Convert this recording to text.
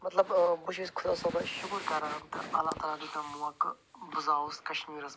مطلب ٲں بہٕ چھُس خۄدا صٲبَس شکر کران تہٕ اللہ تعالٰی ہَن دیٛوت مےٚ موقع بہٕ زاوُس کَشمیٖرَس منٛز